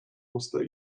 musste